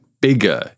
bigger